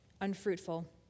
unfruitful